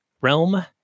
realm